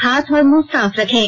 हाथ और मुंह साफ रखें